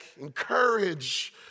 encourage